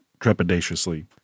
trepidatiously